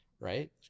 right